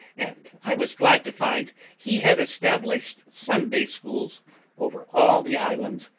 and i was glad to find he had established sunday schools over all the islands.